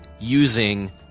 using